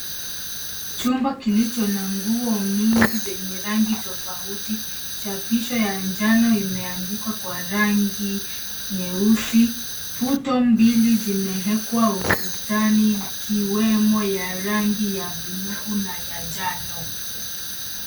Chumba kilicho na nguo mingi zenye rangi tofauti chapisho ya njano imeandikwa kwa rangi nyeusi. Puto mbili zimewekwa ukutani ikiwemo ya rangi ya bluu na ya njano.